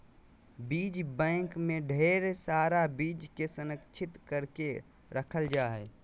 बीज बैंक मे ढेर सारा बीज के संरक्षित करके रखल जा हय